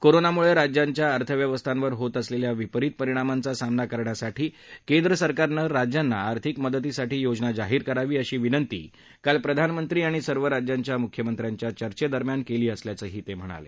कोरोनामुळञिज्यांच्या अर्थव्यवस्थांवर होत असलल्खा विपरीत परिणामांचा सामना करण्यासाठी केंद्र सरकारनं राज्यांना आर्थिक मदतीसाठी योजना जाहीर करावी अशी विनंती काल प्रधानमंत्री आणि सर्व राज्यांच्या मुख्यमंत्र्यांच्या चर्चेत कल्ली असल्याचंही त्यांनी सांगितलं